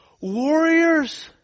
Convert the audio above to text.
Warriors